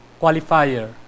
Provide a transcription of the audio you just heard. qualifier